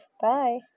Bye